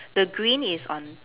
the green is on